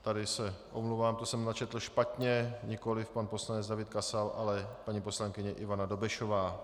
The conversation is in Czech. Tady se omlouvám, to jsem načetl špatně nikoliv pan poslanec David Kasal, ale paní poslankyně Ivana Dobešová.